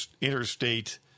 interstate